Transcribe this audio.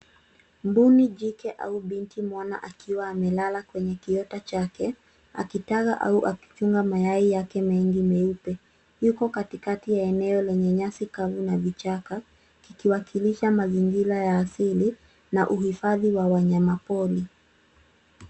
Mbuni jike au binti mwana akiwa amelala kwenye kiota chake akitaga au akichunga mayai yake mengi meupe. Yuko katikati ya eneo lenye nyasi kavu na vichaka kikiwakilisha mazingira ya asili na uhifadhi wa wanyamapori.